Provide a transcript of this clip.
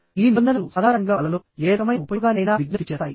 ఈ నిబంధనలు సాధారణంగా వలలో ఏ రకమైన ఉపయోగానికైనా విజ్ఞప్తి చేస్తాయి